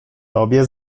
tobie